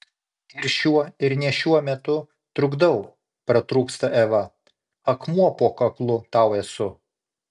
ir šiuo ir ne šiuo metu trukdau pratrūksta eva akmuo po kaklu tau esu